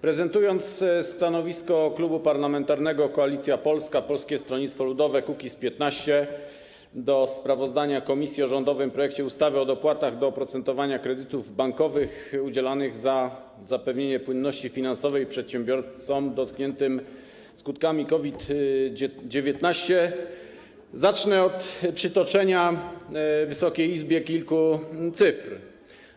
Prezentując stanowisko Klubu Parlamentarnego Koalicja Polska - Polskie Stronnictwo Ludowe - Kukiz15 odnośnie do sprawozdania komisji o rządowym projekcie ustawy o dopłatach do oprocentowania kredytów bankowych udzielanych na zapewnienie płynności finansowej przedsiębiorcom dotkniętym skutkami COVID-19, zacznę od przytoczenia Wysokiej Izbie kilku cyfr.